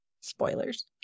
spoilers